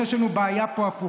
יש לנו פה בעיה הפוכה,